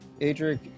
Adric